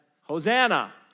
Hosanna